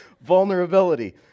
Vulnerability